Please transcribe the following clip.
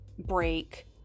break